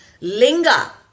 Linga